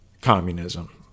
communism